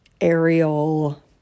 aerial